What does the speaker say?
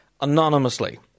anonymously